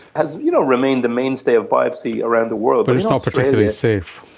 has you know remained the mainstay of biopsy around the world. but it's not particularly safe.